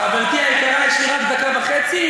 חברתי היקרה, יש לי רק דקה וחצי.